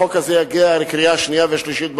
החוק הזה יגיע להכנה לקריאה שנייה ולקריאה שלישית בוועדה,